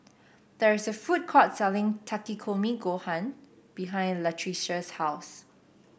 there is a food court selling Takikomi Gohan behind Latricia's house